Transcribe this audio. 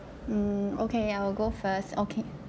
mm okay I will go first okay